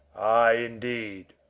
aye, indeed!